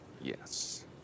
Yes